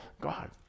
God